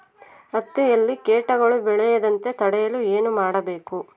ಹತ್ತಿಯಲ್ಲಿ ಕೇಟಗಳು ಬೇಳದಂತೆ ತಡೆಯಲು ಏನು ಮಾಡಬೇಕು?